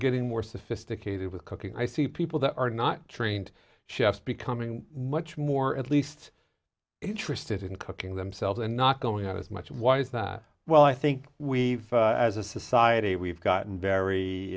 getting more sophisticated with cooking i see people that are not trained chefs becoming much more at least interested in cooking themselves and not going out as much was that well i think we as a society we've gotten very